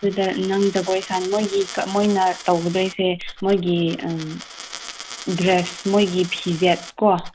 ꯑꯗꯨꯗ ꯅꯪ ꯖꯒꯣꯏ ꯃꯣꯏꯒꯤ ꯃꯣꯏꯅ ꯇꯧꯒꯗꯣꯏꯁꯦ ꯃꯣꯏꯒꯤ ꯗ꯭ꯔꯦꯁ ꯃꯣꯏꯒꯤ ꯐꯤꯖꯦꯠꯀꯣ